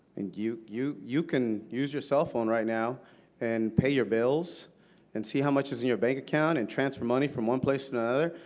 and you you can use your cell phone right now and pay your bills and see how much is in your bank account and transfer money from one place to another,